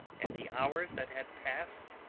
and the hours that had passed,